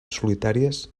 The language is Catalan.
solitàries